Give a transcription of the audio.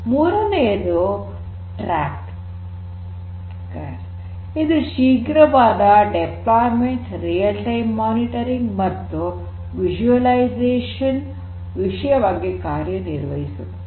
ಮೂರನೆಯದು ಟ್ರಾಕರ್ ಇದು ಶೀಘ್ರವಾದ ನಿಯೋಜನೆ ನೈಜ ಸಮಯದಲ್ಲಿ ಮಾನಿಟರಿಂಗ್ ಮತ್ತು ವಿಸುಅಲೈಝಷನ್ ವಿಷಯವಾಗಿ ಕಾರ್ಯ ನಿರ್ವಹಿಸುತ್ತದೆ